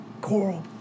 Coral